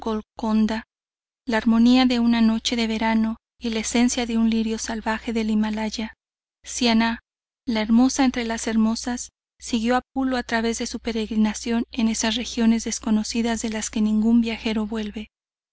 una noche de verano y la esencia de un lirio salvaje del himalaya siannah la hermosa entre las hermosas siguió a pulo a través de su peregrinación en esas regiones desconocidas de las que ningún viajero vuelve